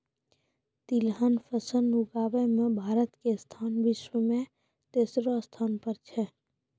तिलहन फसल उगाबै मॅ भारत के स्थान विश्व मॅ तेसरो स्थान पर छै